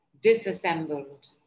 disassembled